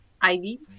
ivy